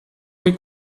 che